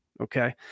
Okay